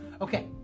Okay